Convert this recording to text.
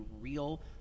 real